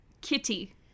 Kitty